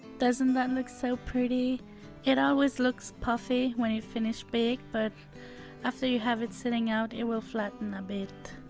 doesn't that look so pretty it always looks puffy when it finish bake, but after you have it sitting out it will flatten a bit